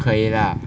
不可以 lah